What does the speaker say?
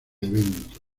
evento